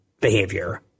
behavior